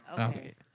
Okay